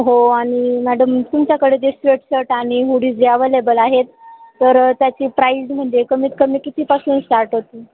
हो आणि मॅडम तुमच्याकडे जे स्वेटशर्ट आणि हुडी जे अवेलेबल आहेत तर त्याची प्राईज म्हणजे कमीत कमी कितीपासून स्टार्ट होते